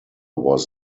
was